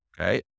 okay